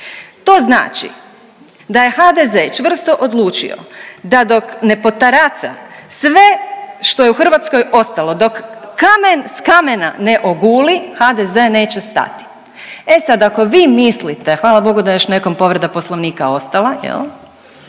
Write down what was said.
To znači da je HDZ čvrsto odlučio da dok ne potaraca sve što je u Hrvatskoj ostalo, dok kamen s kamena ne oguli HDZ neće stati. E sad ako vi mislite, hvala Bogu da je još nekom povreda poslovnika ostala jel,